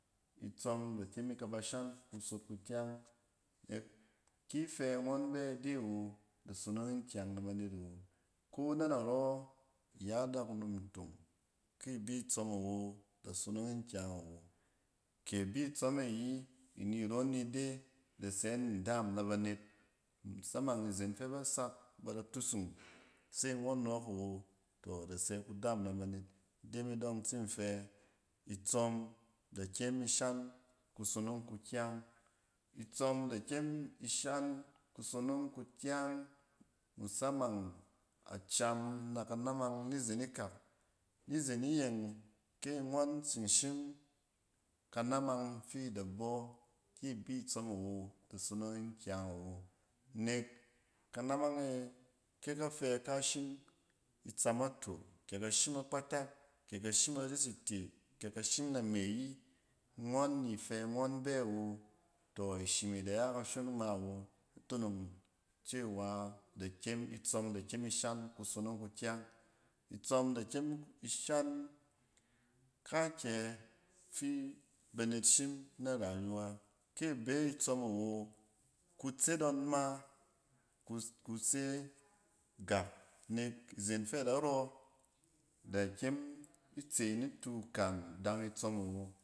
Itsↄm de kyem ikaba shan kusot kukyang nek ki fɛ ngↄn bɛ ide awo, da sonong yin kyang nabanet, ko narↄ iya dakunom ntong, ki bi tsↄm awo, da sonong yin kyang awo. Ke ibi itsↄm e yi in iron ni de da sen ndaam na banet. Musamang izen fɛ ba sak ba da tusung, se ngↄn nↄↄk awo, tↄ da sɛ kudaam na banet. Ide ma dↄng in tsin fɛ itsↄm de kyem ishan kusonong kukyang. itsↄm da kyem ishan kusonong kukyang musomang a cam n aka na mang nizen ikak. Nizen iyeng, ki ngↄn tsin shim kanamang fi da bↄ, ki bi tsↄm awo, da sonong yin kyang awo nek kanamang e kɛ ka shim are site, kɛ ka shim name ayi, ngↄn ni fɛ ngↄn bɛ awo, tↄ ishim e da ya kashon ngma awo itonong cewa da kyem itsↄm da kyem ishan kusonong kukyang. Itsↄm da kyem ishan kaakyɛ fi banet shim na rayuwa. Kei be itsↄm awo, kutset ngↄn ma kus-kuse yɛk. Nek izen fɛ ada rↄ da kyem itse nitu kan dang itsↄm awo.